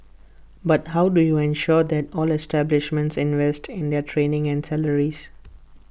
but how do you ensure that all establishments invest in their training and salaries